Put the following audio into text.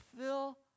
fill